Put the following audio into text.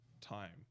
time